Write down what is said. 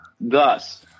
Thus